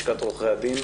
לשכת עורכי הדין,